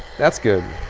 that's good.